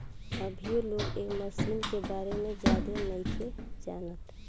अभीयो लोग ए मशीन के बारे में ज्यादे नाइखे जानत